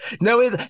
No